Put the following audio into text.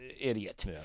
idiot